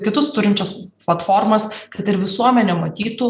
kitus turinčias platformos kad ir visuomenė matytų